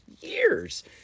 years